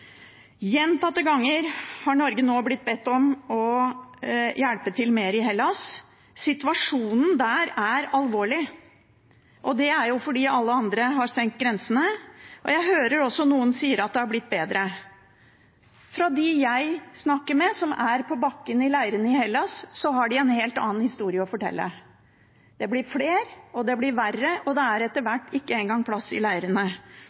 Gjentatte ganger har Norge blitt bedt om å hjelpe mer til i Hellas. Situasjonen der er alvorlig, og det er fordi alle andre har stengt grensene. Jeg hører noen si at det har blitt bedre. Dem jeg snakker med, som er på bakken i leirene i Hellas, har en helt annen historie å fortelle. Det blir flere, det blir verre, og det er etter hvert ikke engang plass i